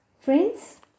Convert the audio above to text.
Friends